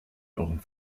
euren